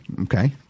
Okay